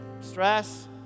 stress